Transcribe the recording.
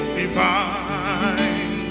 divine